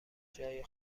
جای